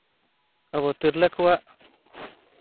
ᱟᱵᱚ ᱛᱤᱨᱞᱟᱹ ᱠᱚᱣᱟᱜ